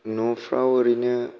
न'फोराव ओरैनो